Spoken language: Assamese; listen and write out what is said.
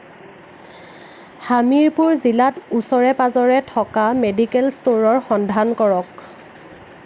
হামিৰপুৰ জিলাত ওচৰে পাঁজৰে থকা মেডিকেল ষ্ট'ৰৰ সন্ধান কৰক